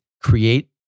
Create